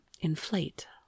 inflate